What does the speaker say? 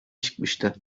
çıkmıştı